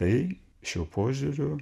tai šiuo požiūriu